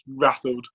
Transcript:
rattled